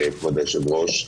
כבוד היושב-ראש,